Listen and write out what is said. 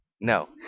No